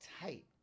tight